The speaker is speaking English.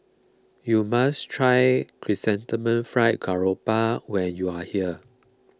you must try Chrysanthemum Fried Garoupa when you are here